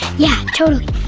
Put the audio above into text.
yeah, totally!